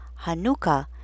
Hanukkah